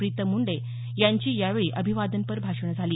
प्रतिम मुंडे यांची यावेळी अभिवादनपर भाषणं झाली